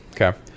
Okay